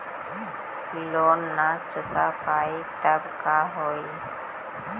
Loan न चुका पाई तब का होई?